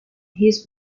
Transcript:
his